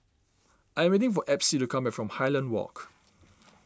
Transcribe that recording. I am waiting for Epsie to come back from Highland Walk